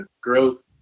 growth